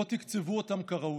לא תקצבו אותם כראוי.